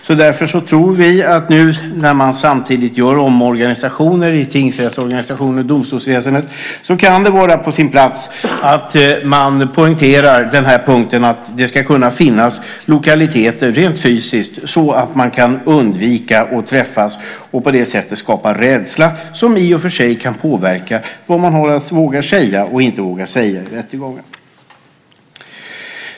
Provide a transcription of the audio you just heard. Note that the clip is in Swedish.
Vi tror att när man nu samtidigt gör omorganisationer i tingsrättsorganisationen och domstolsväsendet kan det vara på sin plats att poängtera den här punkten att det ska kunna finnas lokaliteter rent fysiskt så att man kan undvika att träffas och att det på det sättet skapas rädsla, vilket kan påverka vad man vågar säga och inte vågar säga i rättegången.